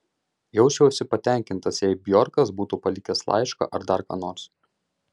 jausčiausi patenkintas jei bjorkas būtų palikęs laišką ar dar ką nors